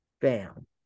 Bam